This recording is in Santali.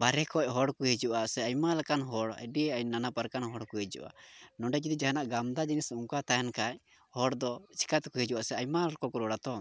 ᱵᱟᱦᱨᱮ ᱠᱷᱚᱡ ᱦᱚᱲ ᱠᱚ ᱦᱤᱡᱩᱜᱼᱟ ᱥᱮ ᱟᱭᱢᱟ ᱞᱮᱠᱟᱱ ᱦᱚᱲ ᱟᱹᱰᱤ ᱱᱟᱱᱟ ᱯᱨᱚᱠᱟᱨ ᱦᱚᱲ ᱠᱚ ᱦᱤᱡᱩᱜᱼᱟ ᱱᱚᱰᱮ ᱡᱩᱫᱤ ᱟᱢᱫᱟ ᱚᱱᱠᱟ ᱛᱟᱦᱮᱱ ᱠᱷᱟᱡ ᱦᱚᱲᱫᱚ ᱪᱤᱠᱟᱹ ᱛᱮᱠᱚ ᱦᱤᱡᱩᱜ ᱟᱥᱮ ᱟᱭᱢᱟ ᱦᱚᱲ ᱠᱚ ᱨᱚᱲ ᱟᱛᱚ